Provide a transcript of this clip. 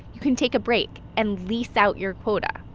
you can take a break and lease out your quota.